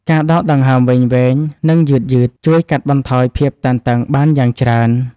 ការដកដង្ហើមវែងៗ និងយឺតៗ ជួយកាត់បន្ថយភាពតានតឹងបានយ៉ាងច្រើន។